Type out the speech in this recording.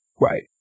Right